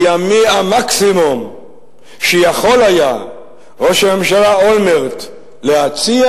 כי המקסימום שיכול היה ראש הממשלה אולמרט להציע